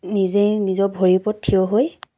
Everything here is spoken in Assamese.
নিজেই নিজৰ ভৰিৰ ওপৰত থিয় হৈ